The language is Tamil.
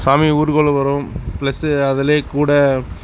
சாமி ஊர்வலம் வரும் பிளஸு அதிலேயே கூட